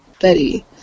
Betty